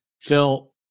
Phil